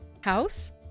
house